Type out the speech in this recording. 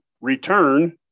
return